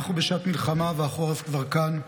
אנחנו בשעת מלחמה, והחורף כבר כאן.